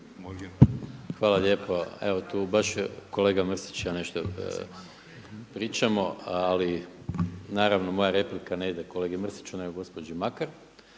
Hvala lijepo, evo tu baš kolega Mrsić i ja nešto pričamo ali naravno moja replika ne ide kolegi Mrsiću nego gospođi Makar